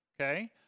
okay